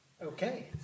Okay